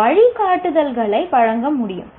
வழிகாட்டுதல்களை வழங்க முடியும்